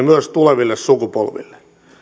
myös tuleville sukupolville